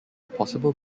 possible